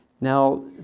Now